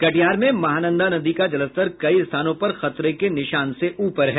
कटिहार में महानंदा नदी का जलस्तर कई स्थानों पर खतरे के निशान से ऊपर है